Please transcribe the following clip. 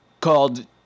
called